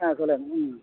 ஆ சொல்லுங்கள் ம்